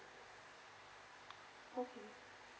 okay